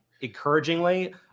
encouragingly